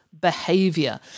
behavior